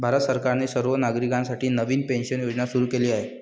भारत सरकारने सर्व नागरिकांसाठी नवीन पेन्शन योजना सुरू केली आहे